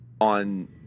on